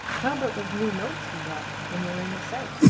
how about those new notes you got when you were in the south?